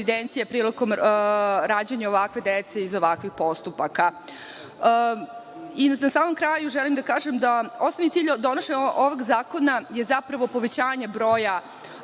prilikom rađanja ovakve dece iz ovakvih postupaka. Na samom kraju želim da kažem da osnovni cilj donošenja ovog zakona je zapravo povećanje broja